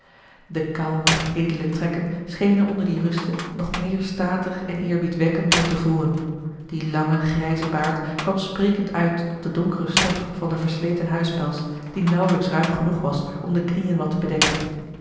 de kalme edele trekken schenen onder die ruste nog meer statig en eerbiedwekkend dan te voren die lange grijze baard kwam sprekend uit op de donkere stof van den versleten huispels die nauwelijks ruim genoeg was om de knieën wat te bedekken